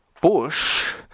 bush